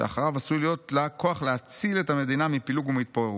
שאחריו עשוי להיות לה כוח להציל את המדינה מפילוג ומהתפוררות.